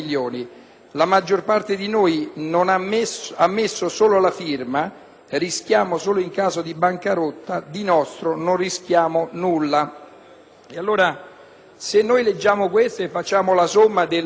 La maggior parte di noi ha messo solo la firma, rischiamo solo in caso di bancarotta, di nostro non rischiamo nulla».